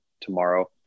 tomorrow